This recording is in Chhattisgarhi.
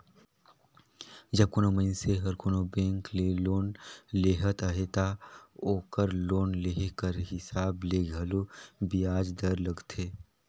जब कोनो मइनसे हर कोनो बेंक ले लोन लेहत अहे ता ओकर लोन लेहे कर हिसाब ले घलो बियाज दर लगथे